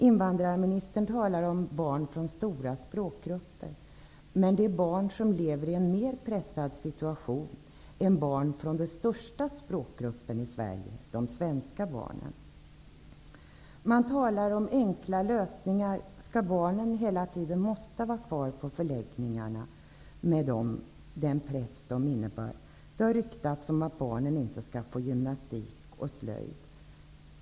Invandrarministern talade om barn från stora språkgrupper. Men det är ändå fråga om barn som lever i en mer pressad situation än barn från den största språkgruppen i Sverige, nämligen de svenska barnen. Man talar om enkla lösningar. Måste barnen hela tiden vara kvar på förläggningarna med den press som det innebär? Det har ryktats om att barnen inte skall få ha gymnastik och slöjd.